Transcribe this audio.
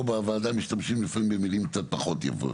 פה בוועדה לפעמים משתמשים במילים פחות יפות.